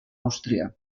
àustria